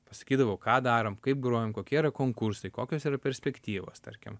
pasakydavau ką darom kaip grojam kokie yra konkursai kokios yra perspektyvos tarkim